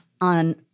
on